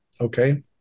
okay